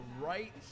right